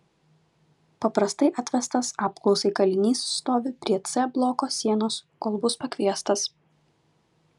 paprastai atvestas apklausai kalinys stovi prie c bloko sienos kol bus pakviestas